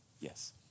yes